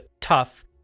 tough